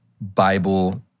Bible